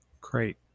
Great